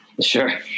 Sure